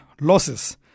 losses